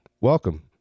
welcome